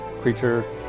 creature